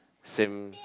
same